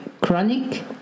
Chronic